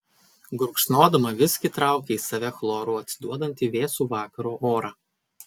gurkšnodama viskį traukė į save chloru atsiduodantį vėsų vakaro orą